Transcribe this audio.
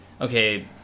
Okay